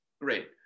Great